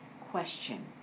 question